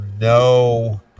no